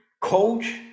coach